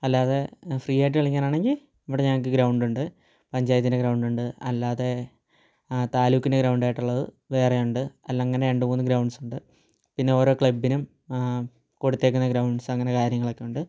അല്ലാതെ ഫ്രീയായിട്ട് കളിക്കാൻ ആണെങ്കിൽ ഇവിടെ ഞങ്ങൾക്ക് ഗ്രൗണ്ട് ഉണ്ട് പഞ്ചായത്തിൻ്റെ ഗ്രൗണ്ടുണ്ട് അല്ലാതെ താലൂക്കിൻ്റെ ഗ്രൗണ്ടായിട്ടുള്ളത് വേറെയുണ്ട് അല്ല അങ്ങനെ രണ്ട് മൂന്ന് ഗ്രൗണ്ട്സ് ഉണ്ട് പിന്നെ ഓരോ ക്ലബിനും കൊടുത്തിരിക്കുന്ന ഗ്രൗണ്ട്സ് അങ്ങനെ കാര്യങ്ങളൊക്കെ ഉണ്ട്